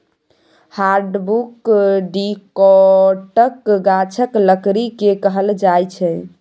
hardwood डिकौटक गाछक लकड़ी केँ कहल जाइ छै